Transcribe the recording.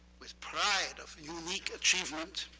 with pride of unique achievement,